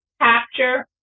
capture